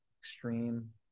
extreme